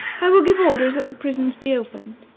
i will give orders that the prisons be opened,